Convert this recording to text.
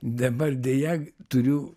dabar deja turiu